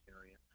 area